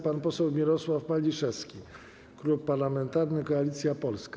Pan poseł Mirosław Maliszewski, Klub Parlamentarny Koalicja Polska.